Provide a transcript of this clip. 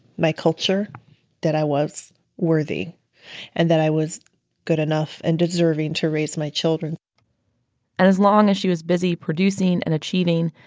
my culture that i was worthy and that i was good enough and deserving to raise my children and as long as she was busy producing and achieving,